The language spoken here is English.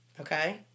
Okay